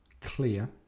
clear